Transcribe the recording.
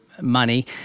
money